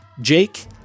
Jake